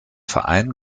verein